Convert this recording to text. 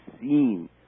seen